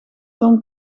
tom